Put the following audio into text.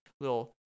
little